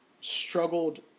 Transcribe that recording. struggled